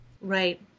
Right